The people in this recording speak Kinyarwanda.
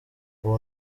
uwo